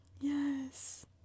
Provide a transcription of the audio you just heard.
Yes